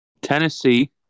Tennessee